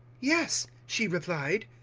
yes, she replied,